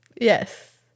Yes